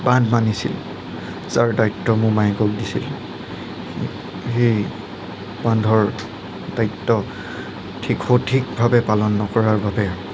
বান্ধ বান্ধিছিল যাৰ দায়িত্ব মোমায়েকক দিছিল সেই বান্ধৰ দায়িত্ব সঠিকভাৱে পালন নকৰাৰ বাবে